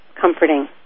comforting